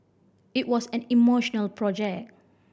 it was an emotional project